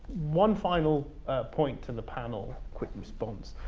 one final point to the panel quick response